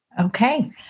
Okay